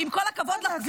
לא יודעת,